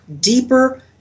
deeper